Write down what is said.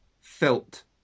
felt